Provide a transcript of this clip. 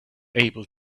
able